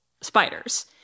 spiders